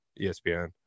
ESPN